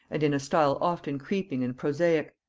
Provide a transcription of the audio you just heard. and in a style often creeping and prosaic,